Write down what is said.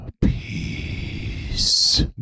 peace